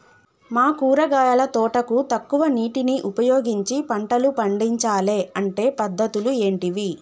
మా కూరగాయల తోటకు తక్కువ నీటిని ఉపయోగించి పంటలు పండించాలే అంటే పద్ధతులు ఏంటివి?